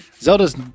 Zelda's